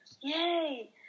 yay